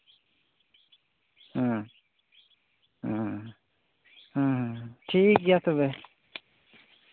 ᱦᱩᱸ ᱦᱩᱸ ᱦᱩᱸ ᱴᱷᱤᱠᱜᱮᱭᱟ ᱛᱚᱵᱮ